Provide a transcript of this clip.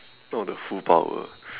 not the full power